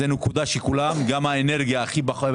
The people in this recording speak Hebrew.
גם האנרגיה הכי פחות,